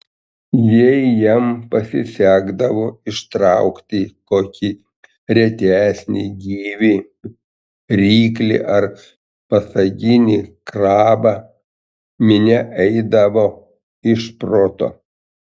jei jam pasisekdavo ištraukti kokį retesnį gyvį ryklį ar pasaginį krabą minia eidavo iš proto